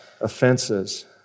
offenses